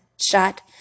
shot